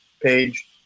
page